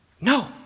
No